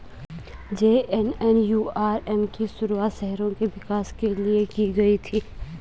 JNNURM की शुरुआत शहरों के विकास के लिए की गई थी